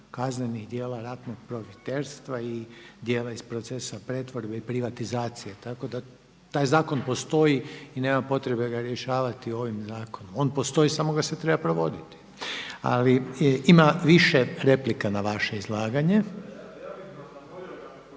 kaznenih djela ratnog profiterstva i djela iz procesa pretvorbe i privatizacije. Tako da taj zakon postoji i nema potrebe ga rješavati ovim zakonom. On postoji samo ga se treba provoditi. Ali ima više replika na vaše izlaganje.